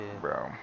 Bro